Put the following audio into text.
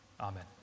amen